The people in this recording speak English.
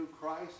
Christ